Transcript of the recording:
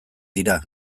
dira